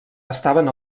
estaven